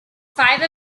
five